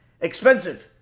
expensive